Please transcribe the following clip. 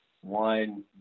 one